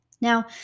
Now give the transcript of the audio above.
Now